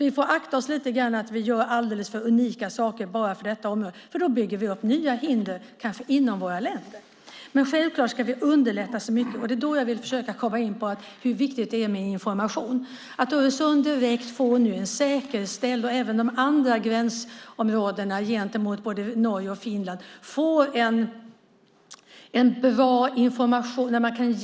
Vi får akta oss lite grann så att vi inte gör alldeles för unika saker bara för detta område. Då bygger vi upp nya hinder - kanske inom våra länder. Men självklart ska vi underlätta så mycket som möjligt. Då kommer jag in på hur viktigt det är med information. Øresunddirekt måste ge bra information. Det gäller även i de andra gränsområdena mot Norge och Finland.